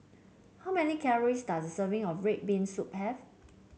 how many calories does serving of red bean soup have